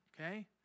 okay